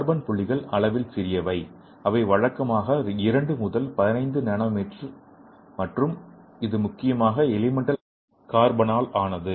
carbon புள்ளிகள் அளவு சிறியவை அவை வழக்கமாக 2 முதல் 15 நானோமீட்டர் மற்றும் இது முக்கியமாக எலிமெண்டல் கார்பனால் ஆனது